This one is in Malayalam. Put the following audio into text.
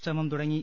ശ്രമം തുടങ്ങി